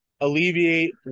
alleviate